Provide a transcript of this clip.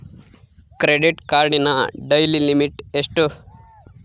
Credit ಕಾರ್ಡಿನ daily limit ಎಷ್ಟು?